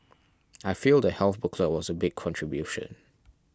I feel the health booklet was a big contribution